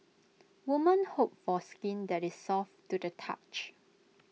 women hope for skin that is soft to the touch